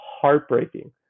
heartbreaking